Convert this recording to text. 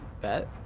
bet